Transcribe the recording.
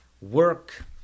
work